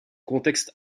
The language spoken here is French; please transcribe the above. contexte